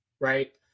right